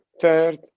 Third